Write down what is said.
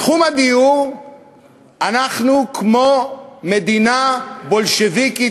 בתחום הדיור אנחנו כמו מדינה בולשביקית,